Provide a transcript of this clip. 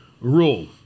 rule